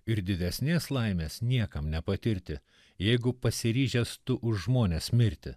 ir didesnės laimės niekam nepatirti jeigu pasiryžęs tu už žmones mirti